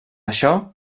això